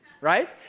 right